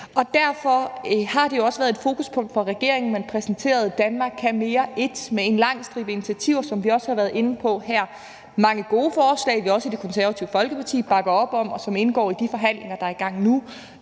år. Derfor har det også været et fokuspunkt for regeringen. Man præsenterede »Danmark kan mere I« med en lang stribe initiativer, som vi også har været inde på her. Der er tale om mange gode forslag, vi også i Det Konservative Folkeparti bakker op om, og som indgår i de forhandlinger, der er i gang nu,